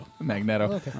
Magneto